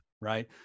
right